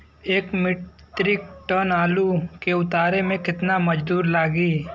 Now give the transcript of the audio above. एक metric ton आलू के उतारे मे कितना मजदूर लागि?